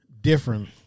Different